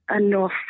enough